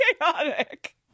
chaotic